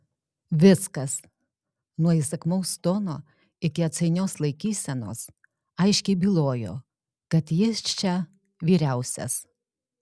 viskas nuo įsakmaus tono iki atsainios laikysenos aiškiai bylojo kad jis čia vyriausias